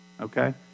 Okay